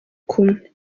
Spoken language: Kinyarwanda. kumwe